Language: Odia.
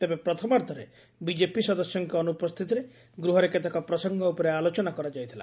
ତେବେ ପ୍ରଥମାର୍ବ୍ଧରେ ବିଜେପି ସଦସ୍ୟଙ୍କ ଅନୁପସ୍ତିତିରେ ଗୃହରେ କେତେକ ପ୍ରସଙ୍ଗ ଉପରେ ଆଲୋଚନା କରାଯାଇଥିଲା